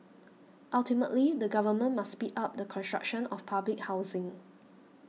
ultimately the government must speed up the construction of public housing